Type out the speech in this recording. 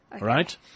right